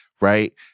right